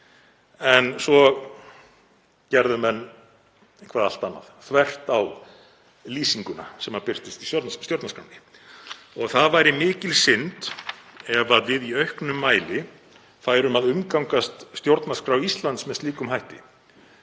en svo gerðu menn eitthvað allt annað, þvert á lýsinguna sem birtist í stjórnarskránni. Það væri mikil synd ef við færum í auknum mæli að umgangast stjórnarskrá Íslands með slíkum hætti,